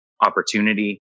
opportunity